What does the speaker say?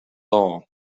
all